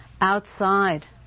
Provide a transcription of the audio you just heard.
outside